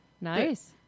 Nice